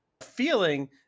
feeling